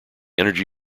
energy